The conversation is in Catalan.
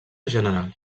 general